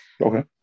Okay